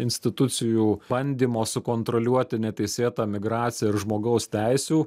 institucijų bandymo sukontroliuoti neteisėtą migraciją ir žmogaus teisių